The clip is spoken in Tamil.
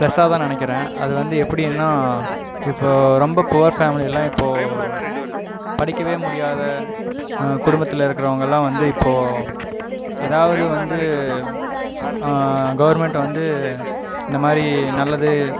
பிளஸ்சாகதான் நினைக்கிறன் அது வந்து எப்படின்னா இப்போது ரொம்ப புவர் ஃபேம்லிலாம் இப்போது படிக்கவே முடியாத குடும்பத்திலருக்கவுங்கள்லாம் வந்து இப்போது எதாவது வந்து கவர்மண்ட் வந்து இந்தமாதிரி நல்லது